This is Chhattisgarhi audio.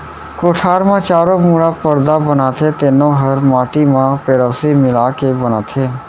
कोठार म चारों मुड़ा परदा बनाथे तेनो हर माटी म पेरौसी मिला के बनाथें